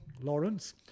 Lawrence